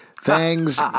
Fangs